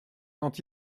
quand